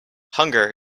hunger